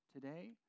today